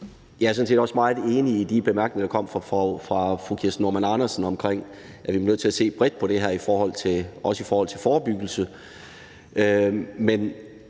også meget enig i de bemærkninger, der kom fra fru Kirsten Normann Andersen, om, at vi er nødt til at se bredt på det her, også i forhold til forebyggelse,